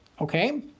Okay